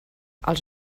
els